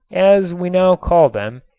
as we now call them,